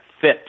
fit